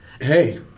hey